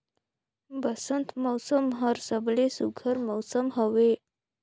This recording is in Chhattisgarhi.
बंसत मउसम हर सबले सुग्घर मउसम हवे